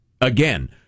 Again